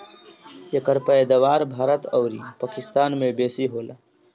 एकर पैदावार भारत अउरी पाकिस्तान में बेसी होला